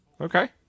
Okay